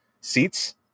seats